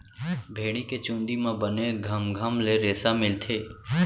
भेड़ी के चूंदी म बने घमघम ले रेसा मिलथे